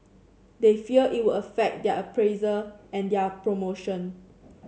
they fear it will affect their appraisal and their promotion